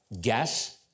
gas